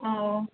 ஓ